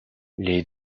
les